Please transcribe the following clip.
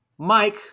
Mike